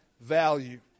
value